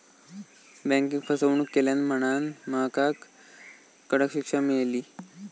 बँकेक फसवणूक केल्यान म्हणांन महकाक कडक शिक्षा मेळली